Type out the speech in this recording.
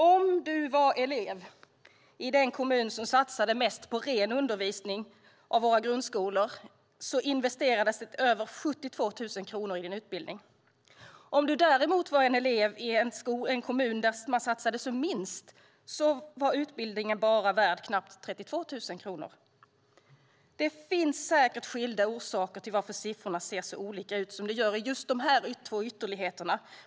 Om du vore elev i den kommun som satsar mest på ren undervisning i grundskolor hade det investerats över 72 000 kronor i din utbildning. Om du däremot vore elev i den kommun där man satsar som minst hade utbildningen bara varit värd knappt 32 000 kronor. Det finns säkert skilda orsaker till att siffrorna ser så olika ut som de gör i dessa två ytterligheter.